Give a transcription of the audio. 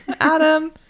Adam